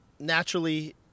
naturally